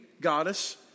goddess